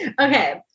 Okay